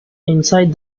inside